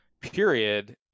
period